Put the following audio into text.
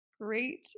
great